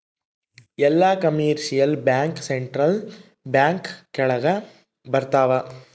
ಎಲ್ಲ commercial bank central bank ಕೆಳಗ ಬರತಾವ